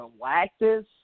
Galactus